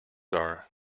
are